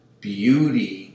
Beauty